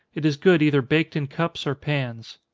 it is good either baked in cups or pans.